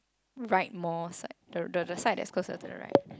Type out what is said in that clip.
right more side the the side that is closer to the right